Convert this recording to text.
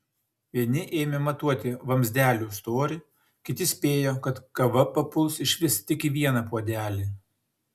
vieni ėmė matuoti vamzdelių storį kiti spėjo kad kava papuls išvis tik į vieną puodelį